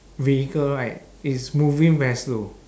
vehicle right is moving very slow